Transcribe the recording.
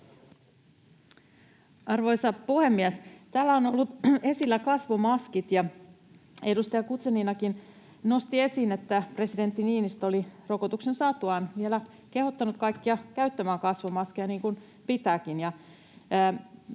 Arvoisa puhemies! Täällä ovat olleet esillä kasvomaskit. Edustaja Guzeninakin nosti esiin, että presidentti Niinistö oli rokotuksen saatuaan vielä kehottanut kaikkia käyttämään kasvomaskia, niin kuin pitääkin.